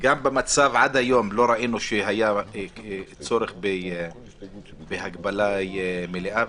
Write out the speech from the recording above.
גם במצב עד היום לא ראינו שהיה צורך בהגבלה מלאה,